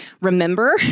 remember